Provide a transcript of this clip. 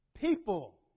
people